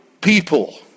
people